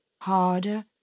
harder